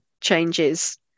changes